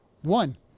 One